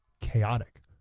chaotic